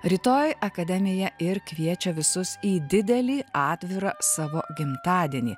rytoj akademija ir kviečia visus į didelį atvirą savo gimtadienį